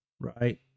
right